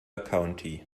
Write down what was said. county